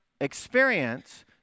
experience